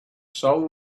soul